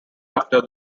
after